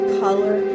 color